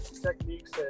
techniques